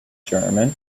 german